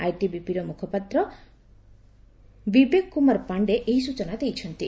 ଆଇଟିବିପିର ମୁଖ୍ୟପାତ୍ର ବିବେକ କୁମାର ପାଣ୍ଡେ ଏହି ସୂଚନା ଦେଇଛନ୍ତି